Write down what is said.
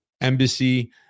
Embassy